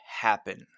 happen